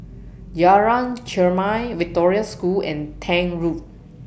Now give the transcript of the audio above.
Jalan Chermai Victoria School and Tank Road